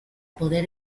poder